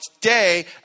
today